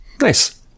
Nice